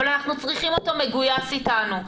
אבל אנחנו צריכים אותו מגויס איתנו.